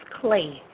clay